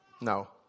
no